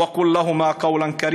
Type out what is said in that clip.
ודבּר עִמם בכבוד".)